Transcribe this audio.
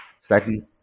Slightly